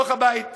בתוך הבית.